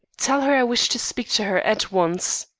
tell her i wish to speak to her at once